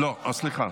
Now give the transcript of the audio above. לא, סליחה.